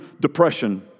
depression